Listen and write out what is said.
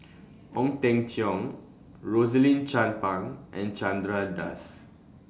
Ong Teng Cheong Rosaline Chan Pang and Chandra Das